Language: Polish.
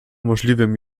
możliwym